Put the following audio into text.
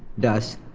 thus,